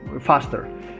faster